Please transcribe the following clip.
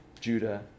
Judah